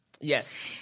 Yes